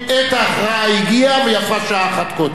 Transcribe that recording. עת ההכרעה הגיעה, ויפה שעה אחת קודם.